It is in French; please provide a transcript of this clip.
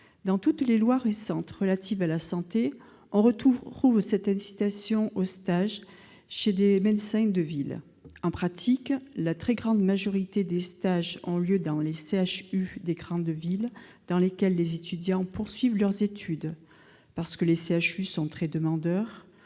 Dans toutes les lois récentes relatives à la santé, on retrouve cette incitation au stage chez des médecins de ville. En pratique, la très grande majorité des stages a lieu dans les CHU des grandes villes, où les étudiants poursuivent leurs études, parce que les CHU sont très demandeurs